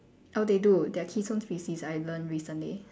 oh they do they are keystone species I learn recently